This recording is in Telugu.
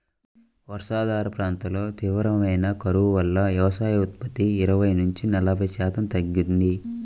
వర్షాధార ప్రాంతాల్లో తీవ్రమైన కరువు వల్ల వ్యవసాయోత్పత్తి ఇరవై నుంచి నలభై శాతం తగ్గింది